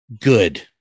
Good